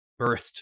birthed